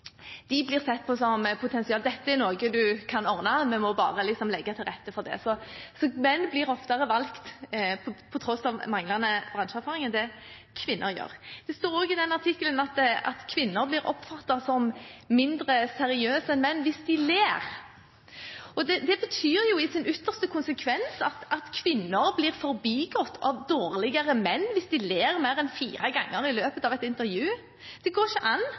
blir sett på som å ha potensial: Dette er noe du kan ordne, en må bare legge til rette for det. Så menn blir oftere valgt på tross av manglende bransjeerfaring enn det kvinner gjør. Det står også i den artikkelen at kvinner blir oppfattet som mindre seriøse enn menn hvis de ler. Det betyr i sin ytterste konsekvens at kvinner blir forbigått av dårligere menn hvis de ler mer enn fire ganger i løpet av et intervju. Det går ikke an!